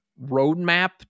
roadmap